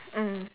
mm